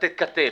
לתת כתף,